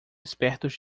espertos